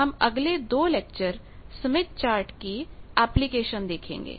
हम अगले 2 lecture Smith chart के एप्लिकेशन देखेंगे